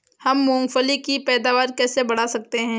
हम मूंगफली की पैदावार कैसे बढ़ा सकते हैं?